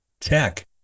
tech